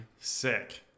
Sick